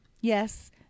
Yes